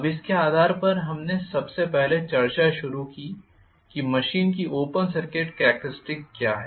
अब इसके आधार पर हमने सबसे पहले चर्चा शुरू की कि मशीन की ओपन सर्किट कॅरेक्टरिस्टिक्स क्या है